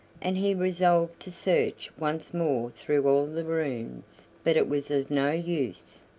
and he resolved to search once more through all the rooms but it was of no use.